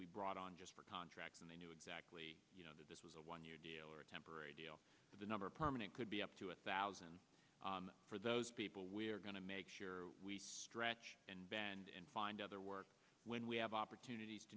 we brought on just for a contract and they knew exactly you know that this was a one year temporary deal with the number of permanent could be up to a thousand for those people we're going to make sure we stretch and bend and find other work when we have opportunities to